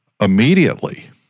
immediately